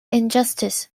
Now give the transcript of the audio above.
injustice